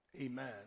Amen